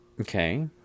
Okay